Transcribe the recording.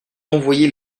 envoyer